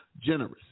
generous